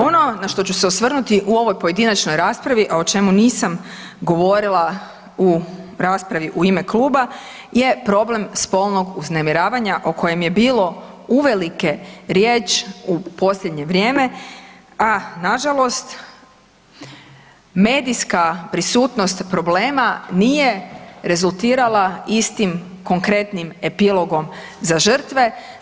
Ono na što ću se osvrnuti u ovoj pojedinačnoj raspravi, a o čemu nisam govorila u raspravi u ime kluba je problem spolnog uznemiravanja o kojem je bilo uvelike riječ u posljednje vrijeme, a na žalost medijska prisutnost problema nije rezultirala istim, konkretnim epilogom za žrtve.